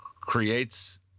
creates